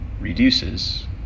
reduces